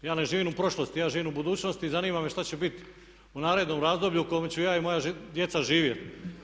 Ja ne živim u prošlosti, ja živim u budućnosti i zanima me šta će bit u narednom razdoblju u kojem ću ja i moja djeca živjeti.